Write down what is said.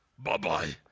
bye bye.